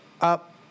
up